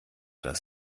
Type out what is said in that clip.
das